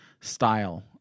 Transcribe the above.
style